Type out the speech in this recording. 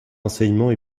enseignement